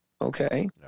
Okay